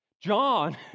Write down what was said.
John